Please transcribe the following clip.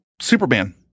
Superman